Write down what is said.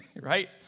Right